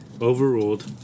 Overruled